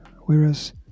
whereas